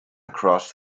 across